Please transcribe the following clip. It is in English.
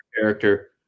character